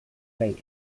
rey